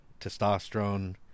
testosterone